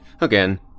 again